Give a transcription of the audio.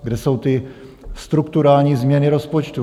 Kde jsou ty strukturální změny rozpočtu?